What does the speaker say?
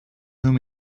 whom